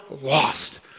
lost